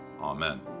Amen